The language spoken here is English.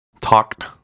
Talked